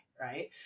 Right